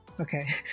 Okay